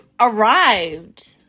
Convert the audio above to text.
arrived